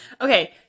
Okay